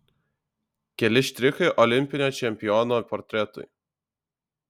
keli štrichai olimpinio čempiono portretui